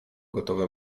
gotowe